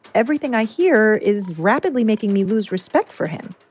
everything i hear is rapidly making me lose respect for him.